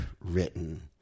written